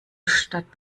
statt